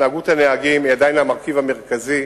התנהגות הנהגים היא עדיין המרכיב המרכזי,